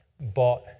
bought